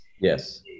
Yes